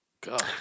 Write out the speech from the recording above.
God